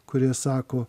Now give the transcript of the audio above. kurie sako